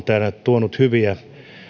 tuonut